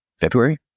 February